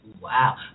Wow